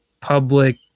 public